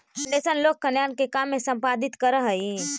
foundation लोक कल्याण के काम के संपादित करऽ हई